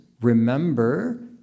Remember